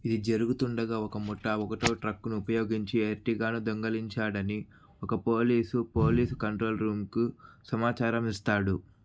ఇది జరుగుతుండగా ఒక ముఠా ఒకటో ట్రక్కును ఉపయోగించి ఎర్టిగాను దొంగిలించాడని ఒక పోలీసు పోలీసు కంట్రోల్ రూంకు సమాచారం ఇస్తాడు